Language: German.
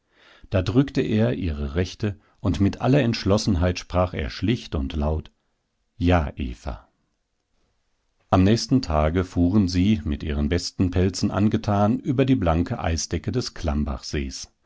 da drückte er ihre rechte und mit aller entschlossenheit sprach er schlicht und laut ja eva am nächsten tage fuhren sie mit ihren besten pelzen angetan über die blanke eisdecke des